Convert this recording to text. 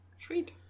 Sweet